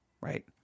right